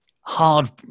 hard